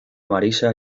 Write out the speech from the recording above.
marisa